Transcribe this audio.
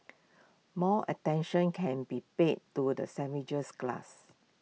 more attention can be paid to the sandwiched class